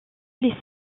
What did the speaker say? les